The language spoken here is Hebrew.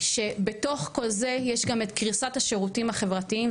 שבתוך כל זה יש גם קריסת השירותים החברתיים,